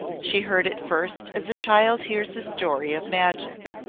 she heard it first as a child hears a story of magic.